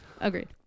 Agreed